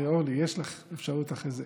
אורלי, יש לך אפשרות אחרי זה.